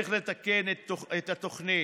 צריך לתקן את התוכנית.